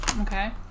Okay